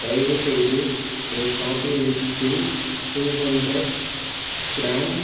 தயவுசெய்து என் ஷாப்பி லிஸ்டில் டூ ஹண்ட்ரட் கிராம்